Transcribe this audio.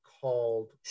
called